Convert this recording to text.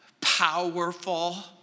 powerful